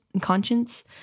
conscience